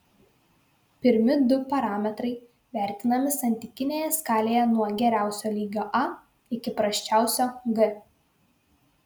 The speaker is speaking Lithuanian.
pirmi du parametrai vertinami santykinėje skalėje nuo geriausio lygio a iki prasčiausio g